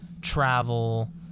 Travel